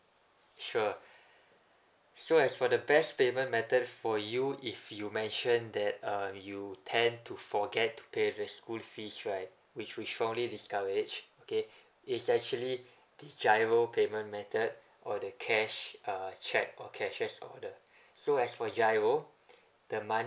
sure so as for the best payment method for you if you mention that uh you tend to forget to pay the school fees right which we strongly discourage okay it's actually this giro payment method or the cash uh check or cashier's order so as for giro the money